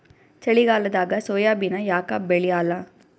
ಚಳಿಗಾಲದಾಗ ಸೋಯಾಬಿನ ಯಾಕ ಬೆಳ್ಯಾಲ?